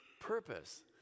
purpose